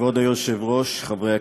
כבוד היושב-ראש, חברי הכנסת,